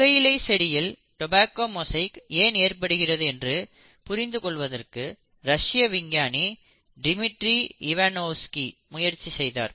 புகையிலை செடியில் tobacco mosaic ஏன் ஏற்படுகிறது என்று புரிந்து கொள்வதற்கு ரஷ்ய விஞ்ஞானி டிமிட்ரி இவனோஸ்கி முயற்சி செய்தார்